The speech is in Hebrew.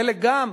חלק גם,